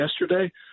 yesterday